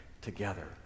together